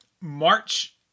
march